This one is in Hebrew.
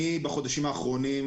בחודשים האחרונים